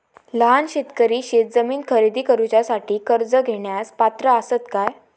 लहान शेतकरी शेतजमीन खरेदी करुच्यासाठी कर्ज घेण्यास पात्र असात काय?